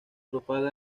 propaga